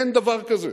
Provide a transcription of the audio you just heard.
אין דבר כזה.